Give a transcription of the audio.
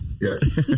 Yes